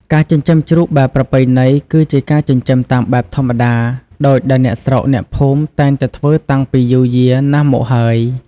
ការចិញ្ចឹមជ្រូកបែបប្រពៃណី គឺជាការចិញ្ចឹមតាមបែបធម្មតា ដូចដែលអ្នកស្រុកអ្នកភូមិតែងតែធ្វើតាំងពីយូរយារណាស់មកហើយ។